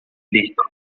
disco